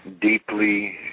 deeply